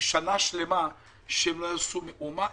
לשנה שלמה שהם לא יעשו מאומה.